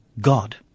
God